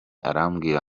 arambwira